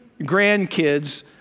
grandkids